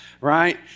right